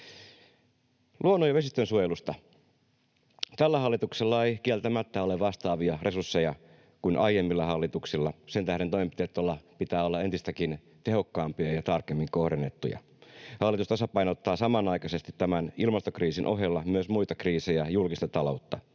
Luonnon- ja vesistönsuojelusta: Tällä hallituksella ei kieltämättä ole vastaavia resursseja kuin aiemmilla hallituksilla. Sen tähden toimenpiteiden pitää olla entistäkin tehokkaampia ja tarkemmin kohdennettuja. Hallitus tasapainottaa ilmastokriisin ohella samanaikaisesti myös muita kriisejä ja julkista taloutta